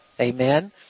Amen